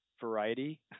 variety